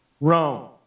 Rome